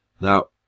Now